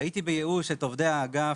ראיתי בייאוש את עובדי האגף